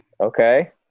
Okay